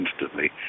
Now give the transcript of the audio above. instantly